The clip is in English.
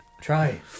Try